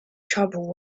trouble